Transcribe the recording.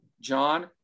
John